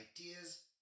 ideas